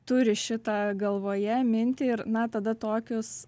turi šitą galvoje mintį ir na tada tokius